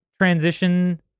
transition